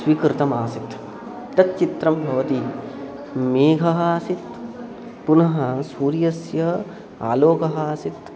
स्वीकृतम् आसीत् तच्चित्रं भवति मेघः आसीत् पुनः सूर्यस्य आलोकः आसीत्